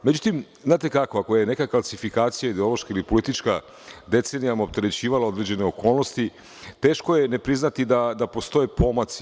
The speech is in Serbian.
Međutim, znate kako, ako je nekakva klasifikacija ideološka ili politička decenijama opterećivala određene okolnosti, teško je ne priznati da ne postoje pomaci.